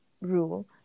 rule